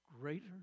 Greater